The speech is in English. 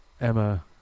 emma